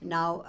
Now